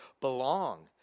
belong